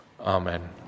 Amen